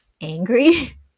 angry